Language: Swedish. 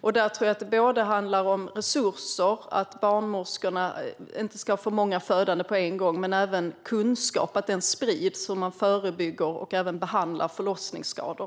Jag tror att det handlar om resurser och att barnmorskorna inte ska ha för många födande på en gång. Men det handlar även om att sprida kunskap om hur man förebygger och behandlar förlossningsskador.